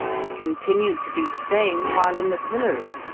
he continued to do the same while in the pillory.